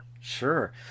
Sure